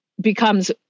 becomes